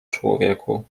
człowieku